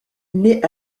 naît